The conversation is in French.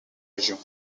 région